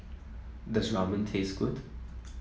does Ramen taste good